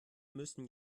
müssen